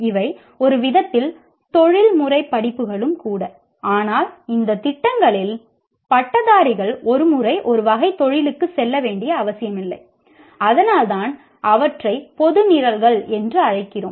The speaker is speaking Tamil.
இவை ஒருவிதத்தில் தொழில்முறை படிப்புகளும் கூட ஆனால் இந்த திட்டங்களின் பட்டதாரிகள் ஒரு முறை ஒரு வகை தொழிலுக்கு செல்ல வேண்டிய அவசியமில்லை அதனால்தான் அவற்றை பொது நிரல்கள் என்று அழைக்கிறோம்